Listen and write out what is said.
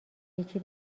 یکی